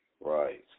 right